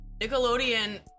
Nickelodeon